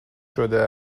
شده